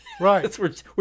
Right